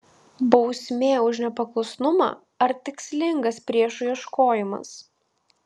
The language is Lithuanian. bausmė už nepaklusnumą ar tikslingas priešų ieškojimas